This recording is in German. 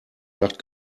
nacht